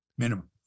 Minimum